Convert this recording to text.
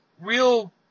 real